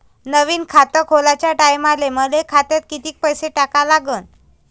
नवीन खात खोलाच्या टायमाले मले खात्यात कितीक पैसे टाका लागन?